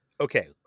Okay